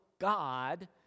God